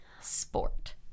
sport